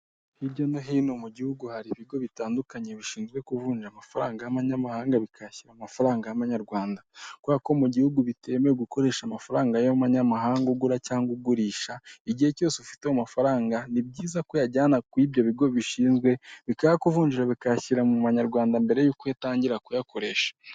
Hirya no hino mu gihugu hari ibigo bitandukanye bishinzwe kuvunjara amafaranga y'abanmanyamahanga bikashyira amafaranga y'amanyarwanda, kubera ko mu gihugu bitemewe gukoresha amafaranga y'umuyamahanga ugura cyangwa ugurisha igihe cyose ufite amafaranga ni byiza ko yayajyana kurii ibyo bigo bi bikayakuvunjara bakayashyira mu myarwanda mbere yuko utangira kuyakoresha.